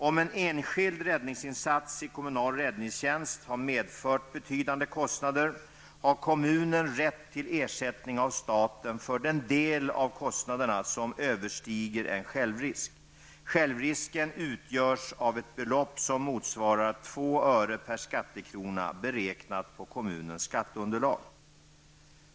Om en enskild räddningsinsats i kommunal räddningstjänst har medfört betydande kostnader, har kommunen rätt till ersättning av staten för den del av kostnaderna som överstiger en självrisk. Självrisken utgörs av ett belopp som motsvarar två öre per skattekrona beräknat på kommunens skatteunderlag.